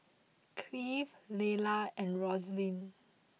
Clive Lelah and Rosaline